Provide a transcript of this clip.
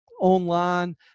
online